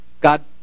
God